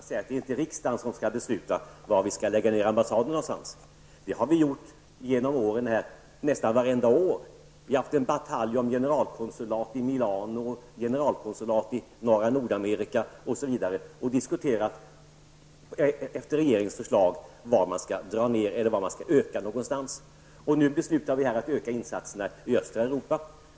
Herr talman! Birgitta Hambraeus försöker krångla sig ut ur denna svårighet genom att säga att det inte är riksdagen som skall besluta var vi skall lägga ned ambassader. Det har vi gjort nästan vartenda år. Vi har haft bataljer om generalkonsulat i Milano, om generalkonsulat i norra Nordamerika osv. och har -- efter regeringens förslag -- diskuterat var man skall dra ned på eller öka verksamheten. Nu beslutar vi om att öka insatserna i östra Europa.